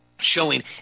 showing